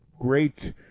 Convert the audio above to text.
Great